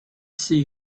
see